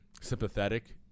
sympathetic